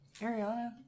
Ariana